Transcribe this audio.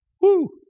Woo